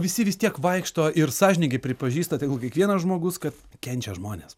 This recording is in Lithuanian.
visi vis tiek vaikšto ir sąžiningai pripažįsta tegul kiekvienas žmogus kad kenčia žmonės